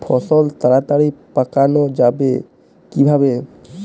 ফসল তাড়াতাড়ি পাকানো যাবে কিভাবে?